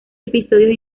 episodios